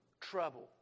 trouble